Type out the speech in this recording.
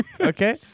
Okay